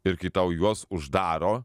ir kai tau juos uždaro